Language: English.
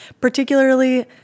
particularly